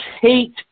hate